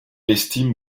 estime